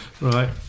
Right